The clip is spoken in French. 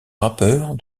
rappeurs